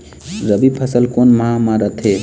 रबी फसल कोन माह म रथे?